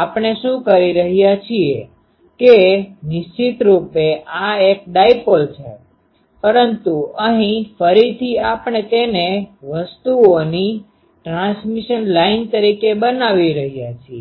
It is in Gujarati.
આપણે શું કરી રહ્યા છીએ કે નિશ્ચિતરૂપે આ એક ડાઈપોલ છે પરંતુ અહીં ફરીથી આપણે તેને વસ્તુઓની ટ્રાન્સમિશન લાઇન તરીકે બનાવી રહ્યા છીએ